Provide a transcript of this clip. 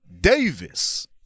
Davis